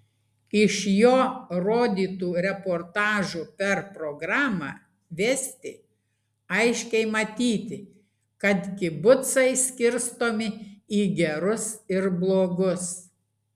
iš jo rodytų reportažų per programą vesti aiškiai matyti kad kibucai skirstomi į gerus ir blogus